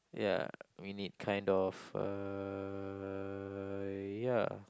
ya we need kind of uh ya